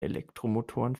elektromotoren